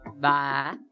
bye